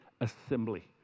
assembly